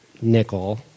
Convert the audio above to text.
Nickel